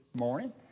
morning